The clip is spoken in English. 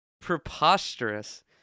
preposterous